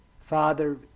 Father